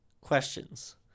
questions